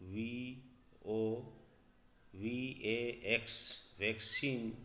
V O V A X vaccine